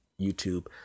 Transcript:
YouTube